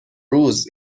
روز